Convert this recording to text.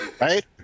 Right